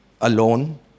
alone